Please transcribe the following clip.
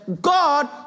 God